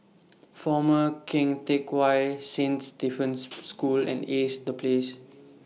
Former Keng Teck Whay Saint Stephen's School and Ace The Place